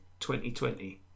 2020